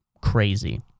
crazy